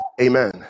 amen